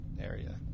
area